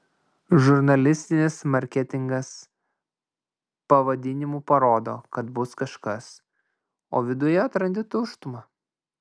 žurnalistinis marketingas pavadinimu parodo kad bus kažkas o viduje atrandi tuštumą